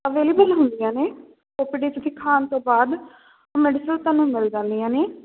available ਹੁੰਦੀਆਂ ਨੇ OPD 'ਚ ਦਿਖਾਉਣ ਤੋਂ ਬਾਅਦ ਉਹ ਮੈਡੀਸਨ ਤੁਹਾਨੂੰ ਮਿਲ ਜਾਂਦੀਆਂ ਨੇ